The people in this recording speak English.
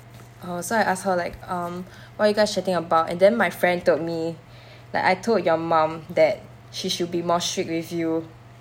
err so I ask her like um what are you guys chatting about then my friend told me that I told your mum that she should be more strict with you